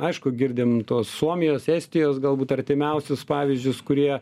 aišku girdim tuos suomijos estijos galbūt artimiausius pavyzdžius kurie